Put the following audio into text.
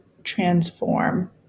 transform